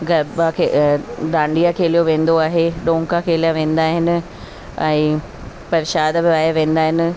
गरबा खे डांडिया खेलियो वेंदो आहे डोंका खेला वेंदा आहिनि ऐं प्रशाद विरिहाया वेंदा आहिनि